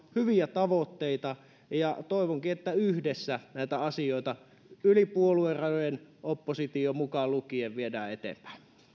hyviä tavoitteita ja toivonkin että yhdessä näitä asioita yli puoluerajojen oppositio mukaan lukien viedään eteenpäin